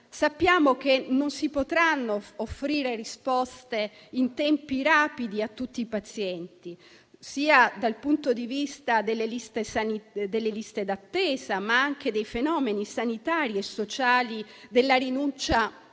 sappiamo che non si potranno offrire risposte in tempi rapidi a tutti i pazienti, dal punto di vista sia delle liste d'attesa, sia dei fenomeni sanitari e sociali della rinuncia alle